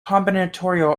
combinatorial